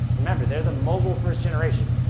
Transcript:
remember, they're the mobile first generation.